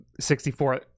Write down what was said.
64